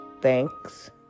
thanks